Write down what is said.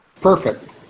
Perfect